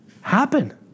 happen